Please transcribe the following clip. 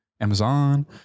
amazon